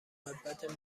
محبت